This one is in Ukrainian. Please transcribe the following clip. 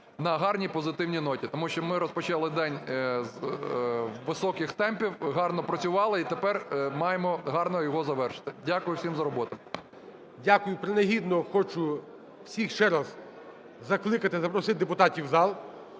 на гарній позитивній ноті, тому що ми розпочали день з високих темпів, гарно працювали і тепер маємо гарно його завершити. Дякую всім за роботу. ГОЛОВУЮЧИЙ. Дякую. Принагідно хочу всіх ще раз закликати, запросити депутатів в